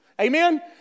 Amen